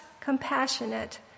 compassionate